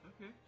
Okay